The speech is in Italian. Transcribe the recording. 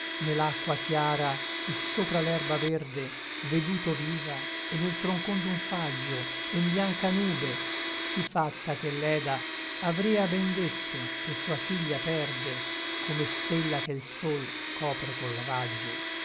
l'acqua chiara et sopra l'erba verde veduto viva et nel tronchon d'un faggio e n bianca nube sí fatta che leda avria ben detto che sua figlia perde come stella che l sol copre col raggio